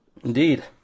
indeed